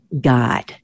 God